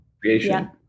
creation